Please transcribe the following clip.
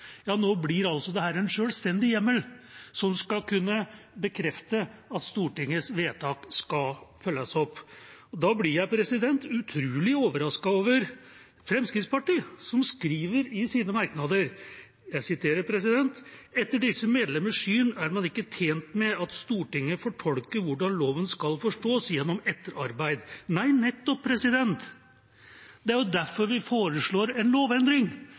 Nå får vi altså en selvstendig hjemmel som skal kunne bekrefte at Stortingets vedtak skal følges opp. Da blir jeg utrolig overrasket over Fremskrittspartiet, som skriver i sine merknader: «Etter disse medlemmers syn er man ikke tjent med at Stortinget fortolker hvordan loven skal forstås gjennom et etterarbeid.» Nei, nettopp – det er jo derfor vi foreslår en lovendring.